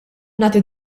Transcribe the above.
nagħti